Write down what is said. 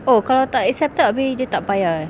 oh kalau tak accepted habis dia tak bayar eh